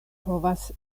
povas